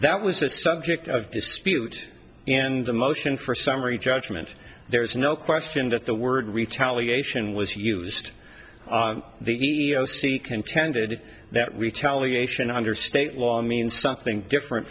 that was the subject of dispute and the motion for summary judgment there's no question that the word retaliation was used the e e o c contended that retaliation under state law means something different